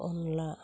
अनद्ला